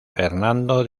fernando